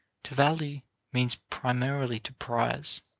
to value means primarily to prize,